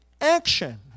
action